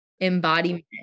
Embodiment